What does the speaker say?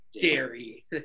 Dairy